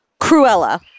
cruella